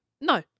No